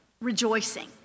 rejoicing